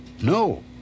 No